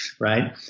right